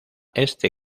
este